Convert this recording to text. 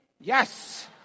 Yes